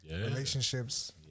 relationships